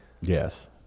yes